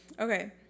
Okay